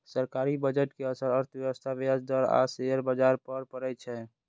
सरकारी बजट के असर अर्थव्यवस्था, ब्याज दर आ शेयर बाजार पर पड़ै छै